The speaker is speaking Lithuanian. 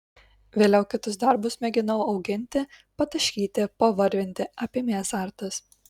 vėliau kitus darbus mėginau auginti pataškyti pavarvinti apėmė azartas